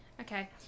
Okay